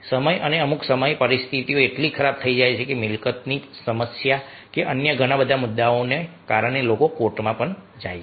સમય અને અમુક સમયે પરિસ્થિતિ એટલી ખરાબ થઈ જાય છે કે મિલકતની સમસ્યા કે અન્ય ઘણા મુદ્દાઓને કારણે લોકો કોર્ટમાં જાય છે